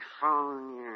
phone